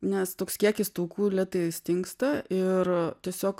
nes toks kiekis taukų lėtai stingsta ir tiesiog